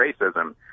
racism